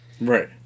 Right